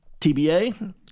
TBA